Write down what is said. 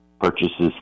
purchases